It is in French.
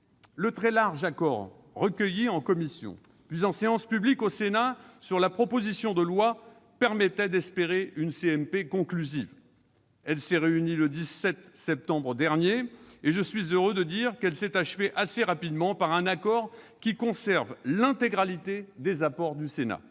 Le très large accord recueilli en commission, puis en séance publique au Sénat, sur la proposition de loi permettait d'espérer une commission mixte paritaire conclusive. Celle-ci s'est réunie le 17 septembre dernier, et je suis heureux de dire qu'elle s'est achevée assez rapidement par un accord qui conserve l'intégralité des apports du Sénat.